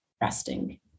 resting